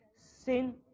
Sin